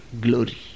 glory